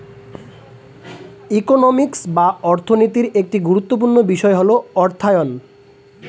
economics বা অর্থনীতির একটি গুরুত্বপূর্ণ বিষয় হল অর্থায়ন